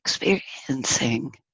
experiencing